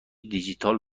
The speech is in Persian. دیجیتال